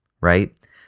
right